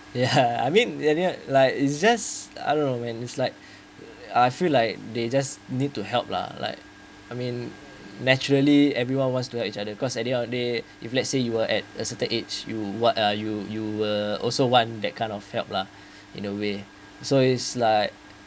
ya I mean like it's just I don't know when it's like I feel like they just need to help lah like I mean naturally everyone wants to help each other cause at the end of the day if let's say you were at a certain age you what are you you were also want that kind of help lah in a way so is like